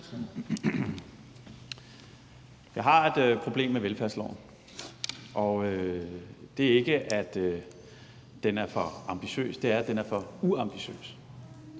Jeg har et problem med velfærdsloven, og det er ikke, at den er for ambitiøs – det er, at den er for uambitiøs.